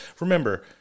remember